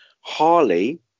Harley